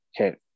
okay